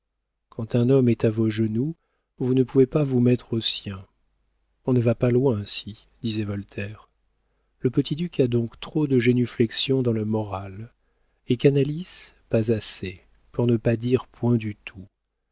quand un homme est à vos genoux vous ne pouvez pas vous mettre aux siens on ne va pas loin ainsi disait voltaire le petit duc a donc trop de génuflexions dans le moral et canalis pas assez pour ne pas dire point du tout